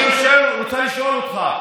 אני רוצה לשאול אותך: